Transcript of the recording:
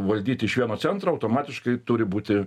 valdyti iš vieno centro automatiškai turi būti